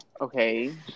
Okay